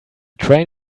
train